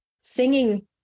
singing